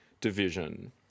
division